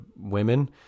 women